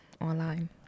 online